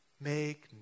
Make